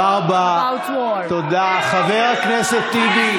רוסיה מאיימת על הביטחון התזונתי של העולם,